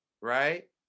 right